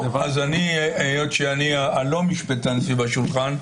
אז היות שאני הלא-משפטן סביב השולחן,